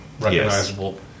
recognizable